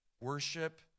Worship